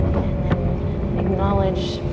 and then acknowledge